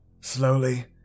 Slowly